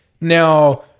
Now